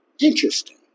Interesting